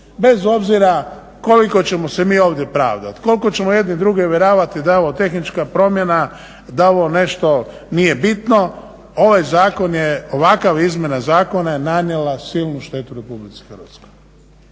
bez obzira koliko ćemo se mi ovdje pravdati, koliko ćemo jedni druge uvjeravati da je ovo tehnička promjena, da je ovo nešto nije bitno. Ovaj zakon je, ovakva izmjena zakona je nanijela silnu štetu Republici Hrvatskoj.